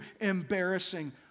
embarrassing